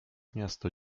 miasto